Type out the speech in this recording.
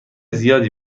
زیادی